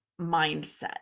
mindset